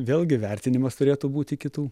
vėlgi vertinimas turėtų būti kitų